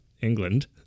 England